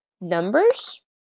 numbers